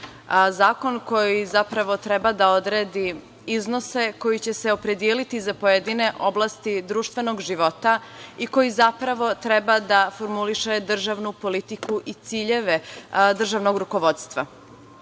zakon koji zapravo treba da odredi iznose koji će se opredeliti za pojedine oblasti društvenog života i koji zapravo treba da formuliše državnu politiku i ciljeve državnog rukovodstva.